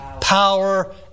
power